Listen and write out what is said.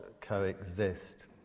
coexist